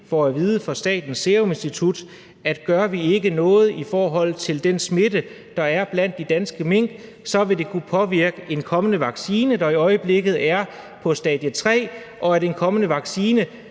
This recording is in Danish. får at vide af Statens Serum Institut, at gør vi ikke noget i forhold til den smitte, der er blandt de danske mink, så vil det kunne påvirke udviklingen af en kommende vaccine, der i øjeblikket er på stadie tre, så den måske ikke